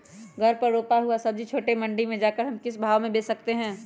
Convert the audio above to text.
घर पर रूपा हुआ सब्जी छोटे मंडी में जाकर हम किस भाव में भेज सकते हैं?